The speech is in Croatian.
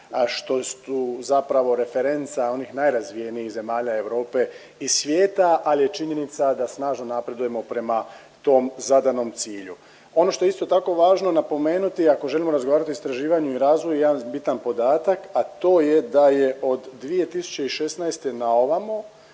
što su zapravo referenca onih najrazvijenijih zemalja Europe i svijeta, al je činjenica da snažno napredujemo prema tom zadanom cilju. Ono što je isto tako važno napomenuti ako želimo razgovarati o istraživanju i razvoju jedan bitan podatak, a to je da je od 2016. na ovamo